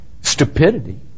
Stupidity